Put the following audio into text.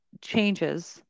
changes